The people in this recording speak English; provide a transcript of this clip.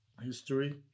history